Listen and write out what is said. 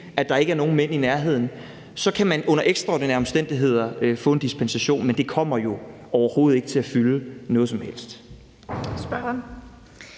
at der ikke er nogen mænd i nærheden, så kan man, altså under ekstraordinære omstændigheder, få en dispensation. Men det kommer jo overhovedet ikke til at fylde noget som helst.